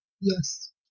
Yes